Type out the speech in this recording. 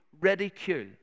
ridicule